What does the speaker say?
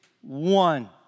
one